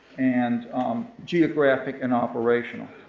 and geographic and operational.